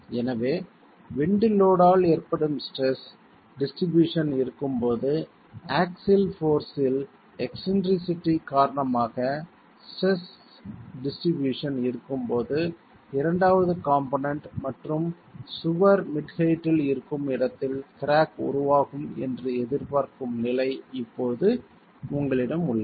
எனவே wind load ஆல் ஏற்படும் ஸ்ட்ரெஸ் டிஸ்ட்ரிபியூஷன் இருக்கும்போது ஆக்ஸில் போர்ஸ்ஸில் எக்ஸ்ன்ட்ரிசிட்டி காரணமாக ஸ்ட்ரெஸ் டிஸ்ட்ரிபியூஷன் இருக்கும்போது இரண்டாவது காம்போனென்ட் மற்றும் சுவர் மிட் ஹெயிட்டில் இருக்கும் இடத்தில் கிராக் உருவாகும் என்று எதிர்பார்க்கும் நிலை இப்போது உங்களிடம் உள்ளது